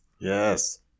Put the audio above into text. Yes